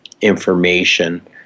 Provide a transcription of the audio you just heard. information